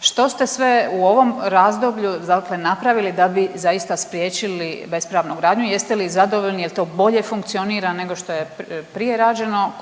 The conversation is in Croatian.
što ste sve u ovom razdoblju napravili da bi zaista spriječili bespravnu gradnju? Jeste li zadovoljni, jel to bolje funkcionira nego što je prije rađeno?